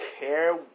care